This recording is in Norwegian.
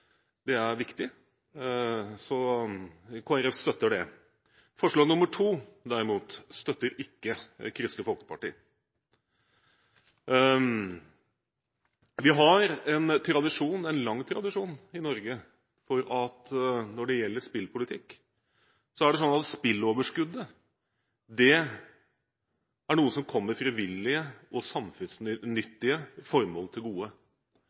Det er viktig, og Kristelig Folkeparti støtter det. II i komiteens tilråding derimot støtter ikke Kristelig Folkeparti. Vi har en lang tradisjon i Norge for at når det gjelder spillpolitikk, er spilleoverskuddet noe som kommer frivillige og samfunnsnyttige formål til gode. Poker har ikke noe overskudd å dele ut til frivillige lag eller samfunnsnyttige formål.